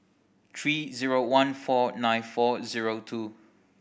three zero one four nine four zero two